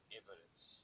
evidence